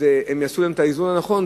שיעשו את האיזון הנכון,